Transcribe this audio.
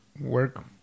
work